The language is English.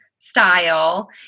style